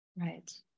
right